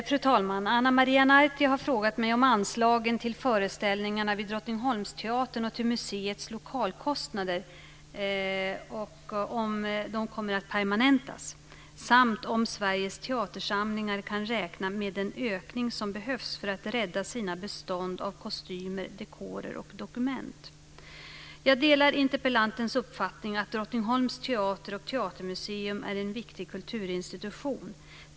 Fru talman! Ana Maria Narti har frågat mig om anslagen till föreställningarna vid Drottningholmsteatern och till museets lokalkostnader kommer att permanentas samt om Sveriges teatersamlingar kan räkna med den ökning som behövs för att rädda dess bestånd av kostymer, dekorer och dokument. Jag delar interpellantens uppfattning att Drottningholms teater och teatermuseum är en viktig kulturinstitution.